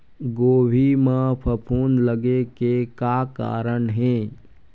गोभी म फफूंद लगे के का कारण हे?